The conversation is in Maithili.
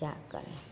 क्या करें